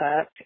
up